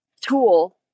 tool